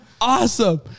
awesome